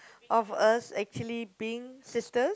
of us actually being sisters